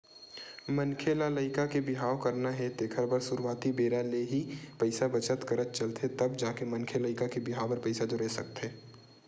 मनखे ल लइका के बिहाव करना हे तेखर बर सुरुवाती बेरा ले ही पइसा बचत करत चलथे तब जाके मनखे लइका के बिहाव बर पइसा जोरे सकथे